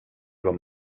var